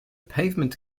pavement